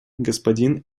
господин